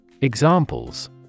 Examples